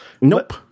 Nope